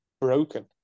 broken